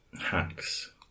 hacks